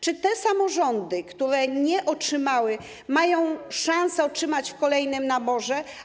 Czy te samorządy, które nie otrzymały, mają szansę je uzyskać w kolejnym naborze?